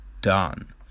done